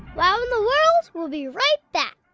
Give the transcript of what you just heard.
wow in the world will be right back.